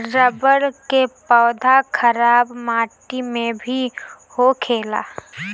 रबड़ के पौधा खराब माटी में भी होखेला